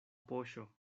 poŝo